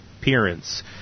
appearance